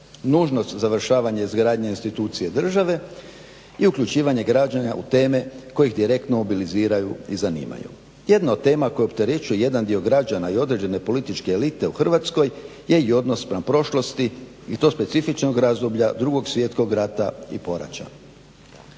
Nužnost završavanja izgradnje institucije države i uključivanje građana u teme kojih direktno … i zanimaju. Jedna od tema koja opterećuje jedan dio građana i određene političke elite u Hrvatskoj je i odnos prema prošlosti i to specifičnog razdoblja 2.svjetskog rata i poraća.